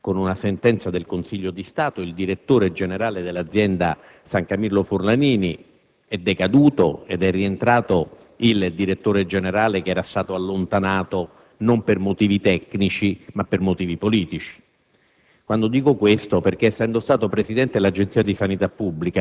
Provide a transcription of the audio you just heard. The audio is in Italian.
per due motivi. In primo luogo, perché qualche giorno fa con una sentenza del Consiglio di Stato il direttore generale dell'azienda San Camillo-Forlanini è decaduto ed è rientrato il direttore generale che era stato allontanato non per motivi tecnici, ma politici.